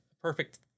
perfect